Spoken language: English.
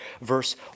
verse